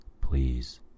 please